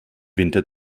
winter